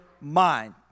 mind